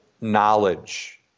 knowledge